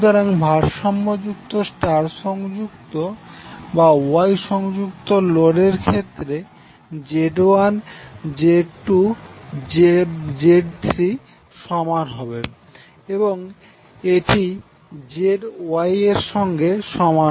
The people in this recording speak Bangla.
সুতরাং ভারসাম্য যুক্ত স্টার সংযুক্ত বা ওয়াই সংযুক্ত লোড এর ক্ষেত্রে Z1 Z2 Z3সমান হবে এবং এটিZY এর সঙ্গে সমান